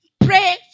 pray